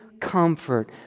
comfort